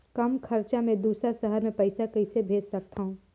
कम खरचा मे दुसर शहर मे पईसा कइसे भेज सकथव?